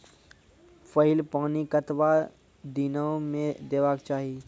पहिल पानि कतबा दिनो म देबाक चाही?